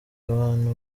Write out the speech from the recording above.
abantu